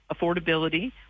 affordability